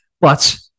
but-